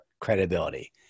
credibility